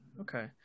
Okay